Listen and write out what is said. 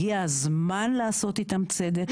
הגיע הזמן לעשות איתם צדק.